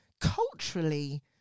culturally